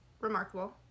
remarkable